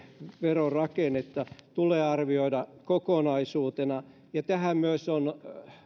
verorakennetta tulee arvioida kokonaisuutena tähän on myös